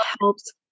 helps